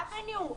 אבניו,